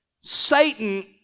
Satan